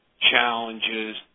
challenges